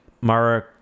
Mara